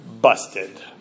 Busted